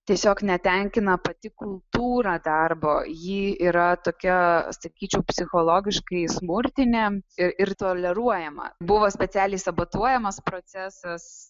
tiesiog netenkina pati kultūra darbo ji yra tokia sakyčiau psichologiškai smurtinė ir ir toleruojama buvo specialiai sabotuojamas procesas